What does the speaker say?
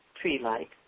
tree-like